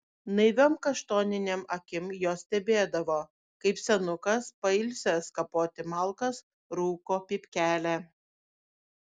naiviom kaštoninėm akim jos stebėdavo kaip senukas pailsęs kapoti malkas rūko pypkelę